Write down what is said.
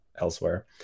elsewhere